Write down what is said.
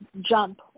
jump